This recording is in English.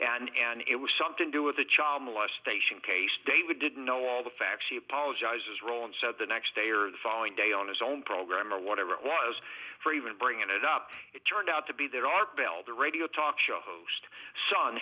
that and it was something to do with the child molestation case david didn't know all the facts he apologized as roland said the next day or the following day on his own program or whatever it was for even bringing it up it turned out to be there art bell the radio talk show host son